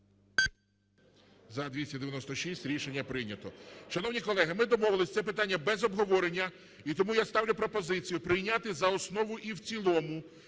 За-296 Рішення прийнято. Шановні колеги, ми домовились це питання без обговорення. І тому я ставлю пропозицію прийняти за основу і в цілому